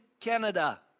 Canada